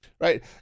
Right